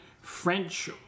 French